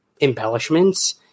embellishments